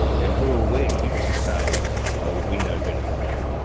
then who are we to say oh we know better than you?